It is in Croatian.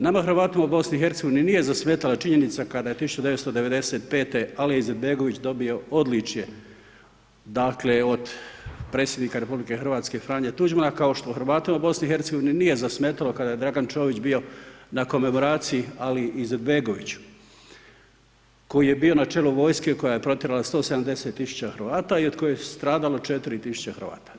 Nama Hrvatima u BiH nije zasmetala činjenica kada je 1995.-te Alija Izetbegović dobio odličje, dakle, od predsjednika RH, Franje Tuđmana, kao što Hrvatima u BiH nije zasmetalo kada je Dragan Čović bio na komemoraciji Aliji Izetbegoviću koji je bio na čelu vojske koja je protjerala 170 000 Hrvata i od kojih je stradalo 4000 Hrvata.